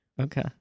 Okay